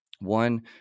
One